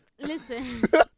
Listen